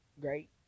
great